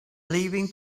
leaving